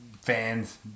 fans